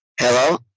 Hello